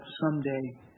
someday